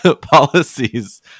policies